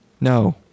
No